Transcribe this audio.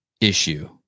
issue